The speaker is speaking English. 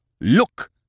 look